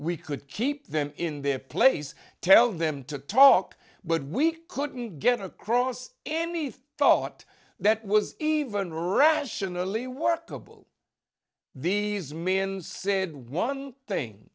we could keep them in their place tell them to talk but we couldn't get across any thought that was even rationally workable these men said one thing